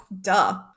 Duh